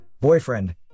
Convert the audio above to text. Boyfriend